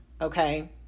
Okay